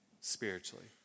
spiritually